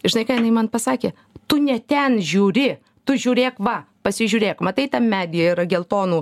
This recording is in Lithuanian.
žinai ką jinai man pasakė tu ne ten žiūri tu žiūrėk va pasižiūrėk matai tam medyje yra geltonų